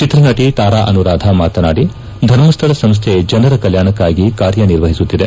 ಚಿತ್ರಸಟ ತಾರಾ ಅನುರಾಧ ಮಾತನಾಡಿ ಧರ್ಮಸ್ಥಳ ಸಂಸ್ಥೆ ಜನರ ಕಲ್ಯಾಣಕ್ಕಾಗಿ ಕಾರ್ಯನಿರ್ವಹಿಸುತ್ತಿದೆ